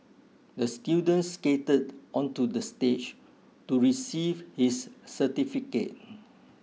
the student skated onto the stage to receive his certificate